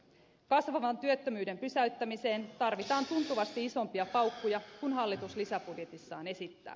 kasvavan työttömyyden pysäyttämiseen tarvitaan tuntuvasti isompia paukkuja kuin hallitus lisäbudjetissaan esittää